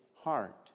heart